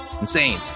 Insane